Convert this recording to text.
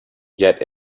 yet